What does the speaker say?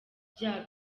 bya